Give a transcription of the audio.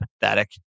pathetic